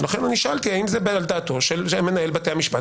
שאלתי אם זה על דעתם של מנהל בתי המשפט